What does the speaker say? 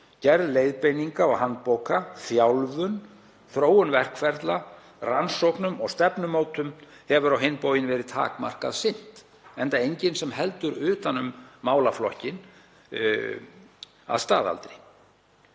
gerð leiðbeininga og handbóka, þjálfun, þróun verkferla, rannsóknum og stefnumótun hefur á hinn bóginn verið takmarkað sinnt enda enginn sem heldur utan um málaflokkinn að staðaldri.